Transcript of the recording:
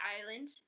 island